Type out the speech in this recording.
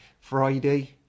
Friday